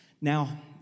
Now